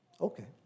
Okay